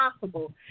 possible